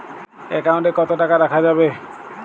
Account কত টাকা রাখা যাবে?